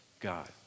God